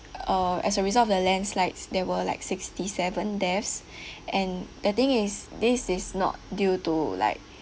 uh as a result of the landslides there were like sixty seven deaths and the thing is this is not due to like